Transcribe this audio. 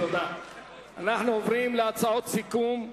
אנחנו עוברים להצעות סיכום.